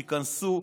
תיכנסו.